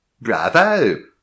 bravo